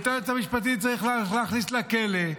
ואת היועצת המשפטית צריך להכניס לכלא.